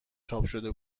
چاپشده